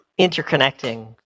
interconnecting